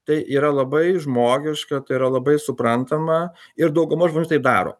tai yra labai žmogiška tai yra labai suprantama ir dauguma žmonių taip daro